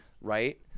right –